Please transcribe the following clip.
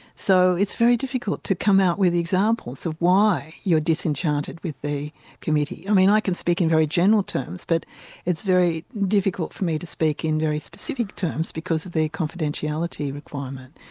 so it's very difficult to come out with examples of why you're disenchanted with the committee. i mean i can speak in very general terms but it's very difficult for me to speak in very specific terms because of the confidentiality requirement,